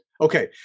okay